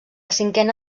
cinquena